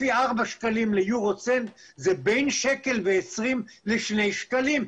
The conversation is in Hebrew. לפי 4 שקלים ליורוסנט זה בין 1.2 שקל ל-2 שקלים,